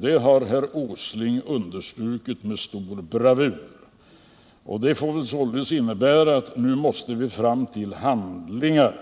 Det har herr Åsling understrukit med stor bravur. Det får väl innebära att nu måste det till handlingar.